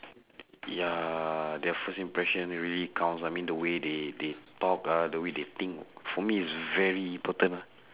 ya their first impression really counts ah I mean the way they they talk ah the way they think for me is very important